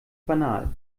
banal